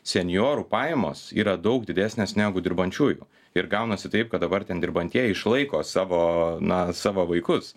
senjorų pajamos yra daug didesnės negu dirbančiųjų ir gaunasi taip kad dabar ten dirbantieji išlaiko savo na savo vaikus